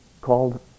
called